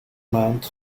maand